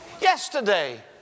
Yesterday